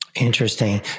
Interesting